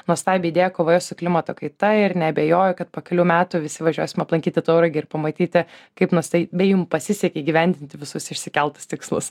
nuostabią idėją kovoje su klimato kaita ir neabejoju kad po kelių metų visi važiuosim aplankyti tauragę ir pamatyti kaip nuostabiai jums pasisekė įgyvendinti visus išsikeltus tikslus